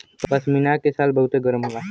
पश्मीना के शाल बहुते गरम होला